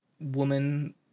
woman